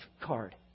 card